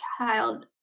child